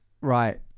Right